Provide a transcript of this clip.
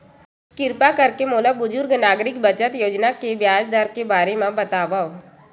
किरपा करके मोला बुजुर्ग नागरिक बचत योजना के ब्याज दर के बारे मा बतावव